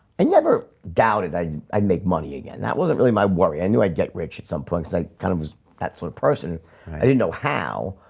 i never doubted i'd i'd make money again. that wasn't really my worry. i knew i'd get rich at some point i kind of was that sort of person i didn't know how